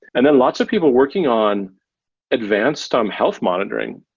and then lots of people working on advanced um health monitoring.